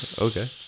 Okay